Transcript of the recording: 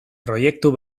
proiektu